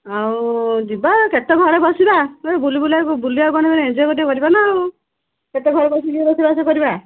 ଆଉ ଯିବା କେତେଘରେ ବସିବା କୁଆଡ଼େ ବୁଲି ବୁଲାଇକି ବୁଲିବାକୁ ଗନେ ଏନ୍ଜୟ ଟିକିଏ କରିବାନା ଆଉ କେତେ ଘରେ ବସିକି ରୋଷେଇବାସ କରିବା